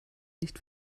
nicht